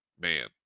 man